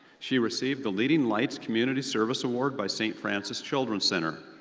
she received the leading lights community service award by st. francis children's center.